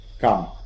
come